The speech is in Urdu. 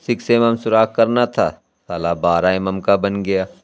سکس ایم ایم سوراخ کرنا تھا سالہ بارہ ایم ایم کا بن گیا